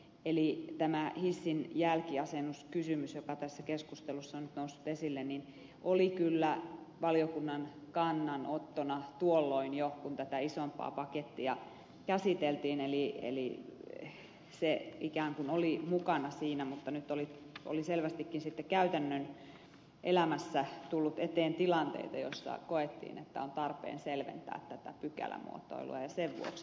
eli tämä hissin jälkiasennuskysymys joka tässä keskustelussa on nyt noussut esille oli kyllä valiokunnan kannanottona tuolloin jo kun tätä isompaa pakettia käsiteltiin eli se ikään kuin oli mukana siinä mutta nyt oli selvästikin sitten käytännön elämässä tullut eteen tilanteita joissa koettiin että on tarpeen selventää tätä pykälämuotoiluaisemmäksi